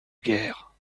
guère